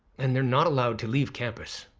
and they're not allowed to leave campus.